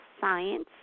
science